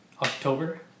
October